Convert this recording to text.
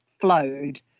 flowed